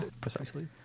Precisely